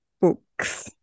books